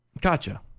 Gotcha